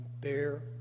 bear